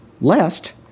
Lest